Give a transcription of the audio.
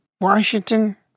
Washington